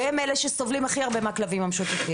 והם אלה שסובלים הכי הרבה מהכלבים המשוטטים.